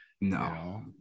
No